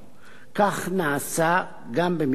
כך נעשה גם במקרה זה.